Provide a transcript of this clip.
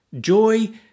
Joy